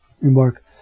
Remark